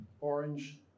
orange